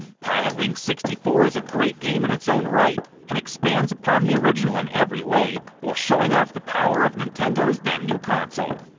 pilotwings sixty four is a great game in its own right, and expands upon the original in every way, while showing off the power of nintendo's then-new console.